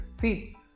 See